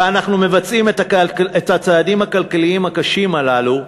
ואנחנו מבצעים את הצעדים הכלכליים הקשים הללו,